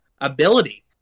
ability